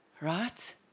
Right